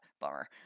Bummer